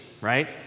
right